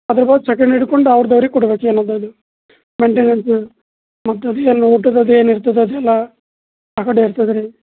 ಅದ್ರು ಬದ್ಲು ಸೆಕೆಂಡ್ ಹಿಡ್ಕೊಂಡು ಅವ್ರ್ದು ಅವ್ರಿಗೆ ಕೊಡ್ಬೇಕು ಏನಾದದು ಮೆಂಟನ್ಸ್ ಮತ್ತೆ ಅದು ಎಲ್ಲಿ ಊಟದ್ದು ಅದೇನು ಇರ್ತದೆ ಅದೆಲ್ಲ ಆ ಕಡೆ ಇರ್ತದೆ ರೀ